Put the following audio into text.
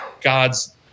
God's